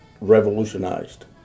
revolutionized